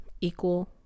equal